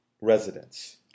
residents